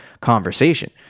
conversation